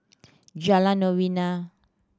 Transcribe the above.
Jalan Novena